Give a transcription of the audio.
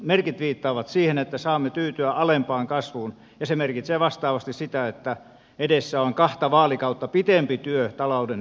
merkit viittaavat siihen että saamme tyytyä alempaan kasvuun ja se merkitsee vastaavasti sitä että edessä on kahta vaalikautta pitempi työ talouden tasapainottamisessa